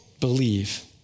believe